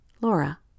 Laura